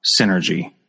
synergy